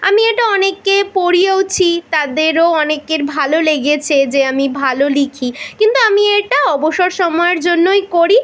আমি এটা অনেককে পড়িয়েওছি তাদেরও অনেকের ভালো লেগেছে যে আমি ভালো লিখি কিন্তু আমি এটা অবসর সময়ের জন্যই করি